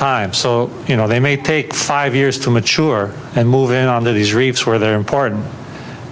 time so you know they may take five years to mature and move in on these reefs where they're important